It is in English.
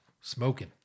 Smoking